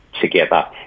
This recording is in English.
together